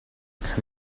kann